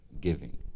giving